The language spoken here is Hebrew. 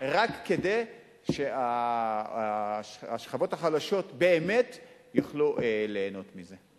רק כדי שהשכבות החלשות באמת יוכלו ליהנות מזה.